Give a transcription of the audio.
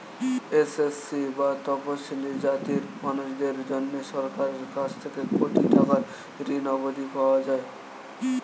SC বা তফশিলী জাতির মানুষদের জন্যে সরকারের কাছ থেকে কোটি টাকার ঋণ অবধি পাওয়া যায়